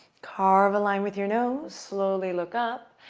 carve a line with your nose. slowly look up.